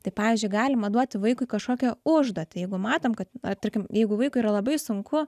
tai pavyzdžiui galima duoti vaikui kažkokią užduotį jeigu matom kad tarkim jeigu vaikui yra labai sunku